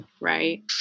Right